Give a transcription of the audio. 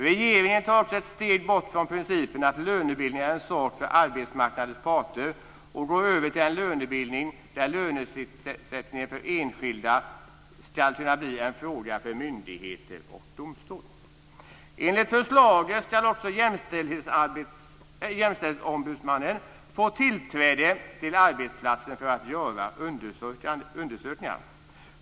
Regeringen tar också ett steg bort från principen att lönebildningen är en sak för arbetsmarknadens parter och går över till en lönebildning där lönesättningen för enskilda ska kunna bli en fråga för myndigheter och domstolar. Enligt förslaget ska också Jämställhetsombudsmannen få tillträde till arbetsplatsen för att göra undersökningar.